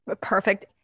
perfect